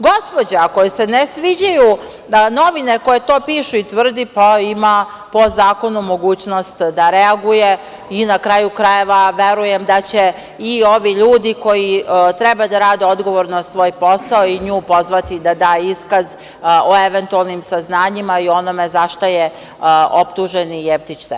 Gospođa, ako joj se ne sviđaju novine koje to pišu i tvrde, pa ima po zakonu mogućnost da reaguje i verujem da će i ovi ljudi koji treba da rade odgovorno svoj posao i nju pozvati da da iskaz o eventualnim saznanjima i o onome za šta je optuženi Jeftić tereti.